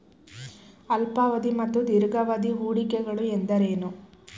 ಅಲ್ಪಾವಧಿ ಮತ್ತು ದೀರ್ಘಾವಧಿ ಹೂಡಿಕೆಗಳು ಎಂದರೇನು?